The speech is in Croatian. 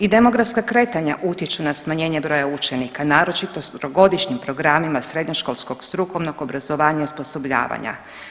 I demografska kretanja utječu na smanjenje broja učenika naročito s trogodišnjim programima srednjoškolskog strukovnog obrazovanja i osposobljavanja.